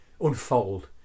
unfold